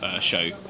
show